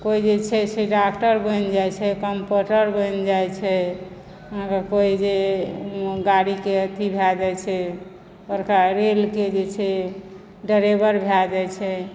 कोइ जे छै से डाक्टर बनि जाइत छै कम्पाउंडर बनि जाइत छै कोइ जे गाड़ीके अथी भय जाइत छै बड़का रेलके जे छै ड्राइवर भय जाइत छै